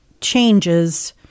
changes